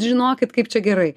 žinokit kaip čia gerai